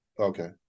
Okay